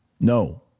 No